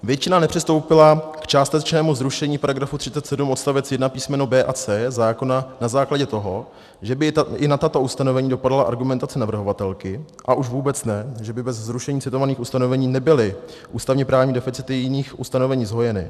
Většina nepřistoupila k částečnému zrušení § 37 odst. 1 písm. b) a c) zákona na základě toho, že by i na tato ustanovení dopadala argumentace navrhovatelky, a už vůbec ne, že by bez zrušení citovaných ustanovení nebyly ústavněprávní deficity jiných ustanovení zhojeny.